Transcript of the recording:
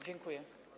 Dziękuję.